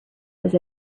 was